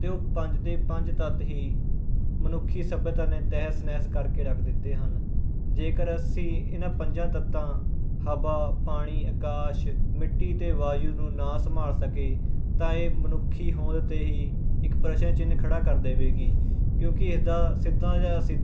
ਅਤੇ ਉਹ ਪੰਜ ਦੇ ਪੰਜ ਤੱਤ ਹੀ ਮਨੁੱਖੀ ਸੱਭਿਅਤਾ ਨੇ ਤਹਿਸ ਨਹਿਸ ਕਰਕੇ ਕੇ ਰੱਖ ਦਿੱਤੇ ਹਨ ਜੇਕਰ ਅਸੀਂ ਇਨ੍ਹਾਂ ਪੰਜਾਂ ਤੱਤਾਂ ਹਵਾ ਪਾਣੀ ਅਕਾਸ਼ ਮਿੱਟੀ ਅਤੇ ਵਾਯੂ ਨੂੰ ਨਾ ਸੰਭਾਲ ਸਕੇ ਤਾਂ ਇਹ ਮਨੁੱਖੀ ਹੋਂਦ 'ਤੇ ਹੀ ਇੱਕ ਪ੍ਰਸ਼ਨ ਚਿੰਨ੍ਹ ਖੜ੍ਹਾ ਕਰ ਦੇਵੇਗੀ ਕਿਉਂਕਿ ਇਸ ਦਾ ਸਿੱਧਾ ਜਾਂ ਅਸਿੱਧਾ ਮਨੁੱਖ 'ਤੇ ਹੀ ਪ੍ਰਭਾਵ ਪਵੇਗਾ